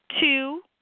Two